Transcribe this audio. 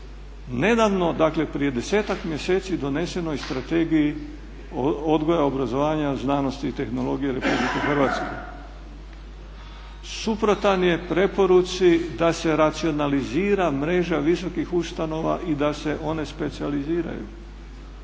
nedavno, dakle prije 10-ak mjeseci donesenoj Strategiji odgoja, obrazovanja, znanosti i tehnologije Republike Hrvatske, suprotan je preporuci da se racionalizira mreža visokih ustanova i da se one specijaliziraju.